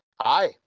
hi